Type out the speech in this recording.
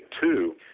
two